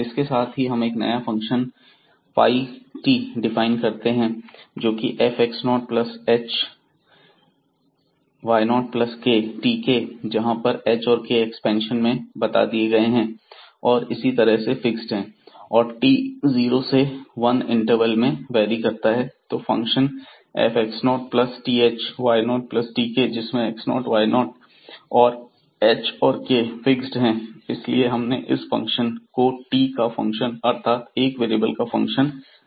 इसके साथ ही हम एक नया फंक्शन फाई t डिफाइन करते हैं जोकि fx0 plus th y0 plus tk है जहां पर h और k एक्सपेंशन में बता दिए गए हैं और एक तरह से फिक्स्ड हैं और t जीरो से वन इंटरवेल में वेरी करता है तो यह function fx0 plus th y0 plus tk जिसमें x0 y0 हैं और h और k फिक्स्ड हैं इसलिए हमने इस फंक्शन को t का फंक्शन अर्थात एक वेरिएबल का फंक्शन मान लिया है